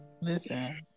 listen